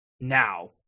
Now